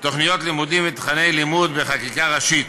לקביעת תוכניות לימודים ותוכני לימוד בחקיקה ראשית.